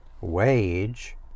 wage